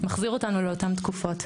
מחזיר אותנו לאותן תקופות,